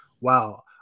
wow